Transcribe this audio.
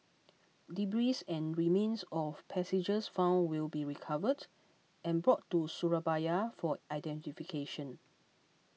debris and remains of passengers found will be recovered and brought to Surabaya for identification